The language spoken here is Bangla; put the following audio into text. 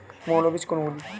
মৌল বীজ কোনগুলি?